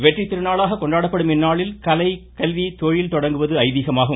வெற்றித் திருநாளாக கொண்டாடப்படும் இந்நாளில் கலை கல்வி தொழில் தொடங்குவது ஐதீகமாகும்